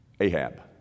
Ahab